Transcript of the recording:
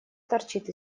торчит